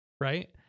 Right